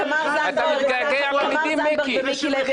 חברת הכנסת זנדברג וחבר הכנסת מיקי לוי,